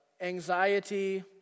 anxiety